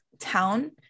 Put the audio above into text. town